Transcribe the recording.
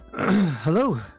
hello